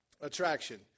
Attraction